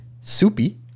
soupy